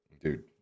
Dude